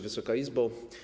Wysoka Izbo!